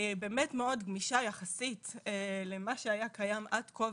היא באמת מאוד גמישה יחסית למה שהיה קיים עד כה,